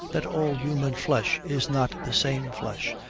that all human flesh is not the same flesh,